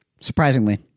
surprisingly